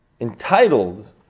entitled